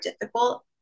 difficult